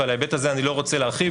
אבל על ההיבט הזה אני לא רוצה להרחיב,